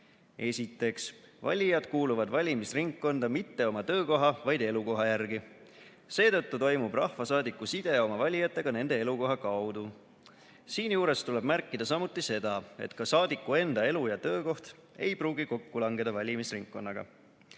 Esiteks – valijad kuuluvad valimisringkonda mitte oma töökoha, vaid elukoha järgi. Seetõttu toimub rahvasaadiku side oma valijatega nende elukoha kaudu. Siinjuures tuleb märkida samuti seda, et ka saadiku enda elu‑ ja töökoht ei pruugi kokku langeda valimisringkonnaga.